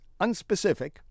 unspecific